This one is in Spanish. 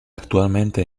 actualmente